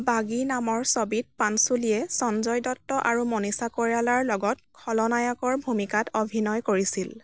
বাগী নামৰ ছবিত পাঞ্চুলীয়ে সঞ্জয় দত্ত আৰু মনীষা কৈৰালাৰ লগত খলনায়কৰ ভূমিকাত অভিনয় কৰিছিল